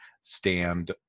stand